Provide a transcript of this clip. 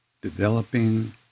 developing